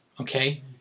okay